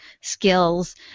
skills